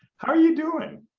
how are you doing?